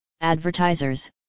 advertisers